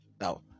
now